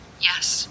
Yes